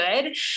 Good